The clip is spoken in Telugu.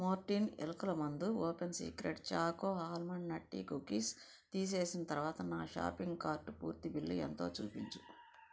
మోర్టీన్ ఎలకల మందు open secret choco almond nutty cookies తీసేసిన తరువాత నా షాపింగ్ కార్టు పూర్తి బిల్లు ఎంతో చూపించు